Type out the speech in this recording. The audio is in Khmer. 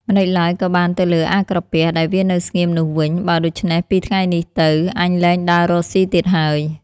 ម្តេចឡើយក៏បានទៅលើអាក្រពះ ដែលវានៅស្ងៀមនោះ វិញ បើដូច្នេះពីថ្ងៃនេះទៅ អញលែងដើររកស៊ីទៀតហើយ។